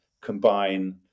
combine